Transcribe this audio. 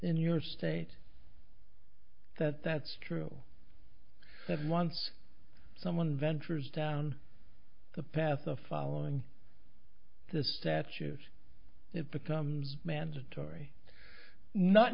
in your state that that's true that once someone ventures down the path of following the statues it becomes mandatory not